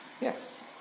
Yes